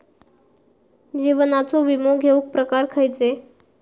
जीवनाचो विमो घेऊक प्रकार खैचे?